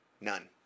None